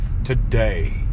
today